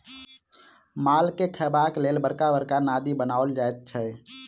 मालके खयबाक लेल बड़का बड़का नादि बनाओल जाइत छै